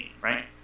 right